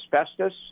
asbestos